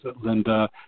Linda